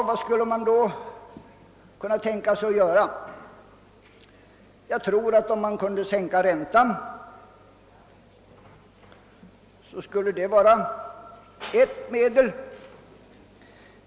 Vad skulle man då kunna tänkas göra? Jag tror att en sänkning av räntan skulle vara ett medel.